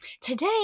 Today